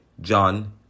John